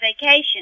vacation